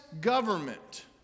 government